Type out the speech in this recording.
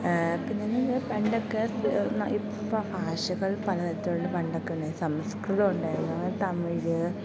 പിന്നെന്നാ ഇത് പണ്ടൊക്കെ ഇപ്പം ഭാഷകൾ പലതരത്തിലുള്ള പണ്ടൊക്കെ ഉണ്ടായ സംസ്കൃതം ഉണ്ടായിരുന്നു അങ്ങനെ തമിഴ്